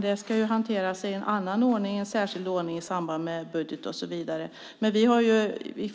Det ska hanteras i en annan ordning i samband med budgeten, och så vidare. Vi har vid